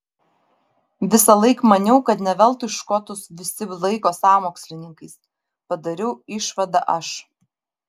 visąlaik maniau kad ne veltui škotus visi laiko sąmokslininkais padariau išvadą aš